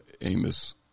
Amos